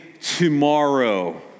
tomorrow